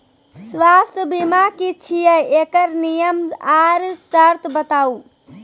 स्वास्थ्य बीमा की छियै? एकरऽ नियम आर सर्त बताऊ?